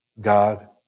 God